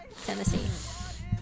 Tennessee